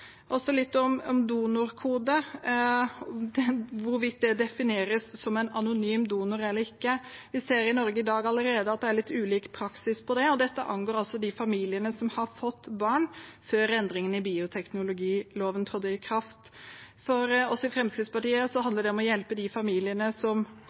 Så litt om donorkode og hvorvidt det defineres som en anonym donor eller ikke. Vi ser i Norge at det allerede i dag er litt ulik praksis. Dette angår de familiene som har fått barn før endringene i bioteknologiloven trådte i kraft. For oss i Fremskrittspartiet handler det om å hjelpe de familiene som